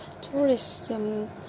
tourism